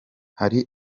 hari